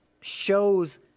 shows